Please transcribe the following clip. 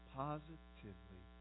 positively